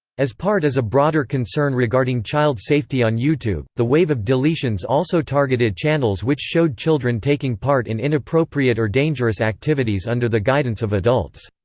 as part as a broader concern regarding child safety on youtube, the wave of deletions also targeted channels which showed children taking part in inappropriate or dangerous activities activities under the guidance of adults.